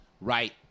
Right